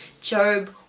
Job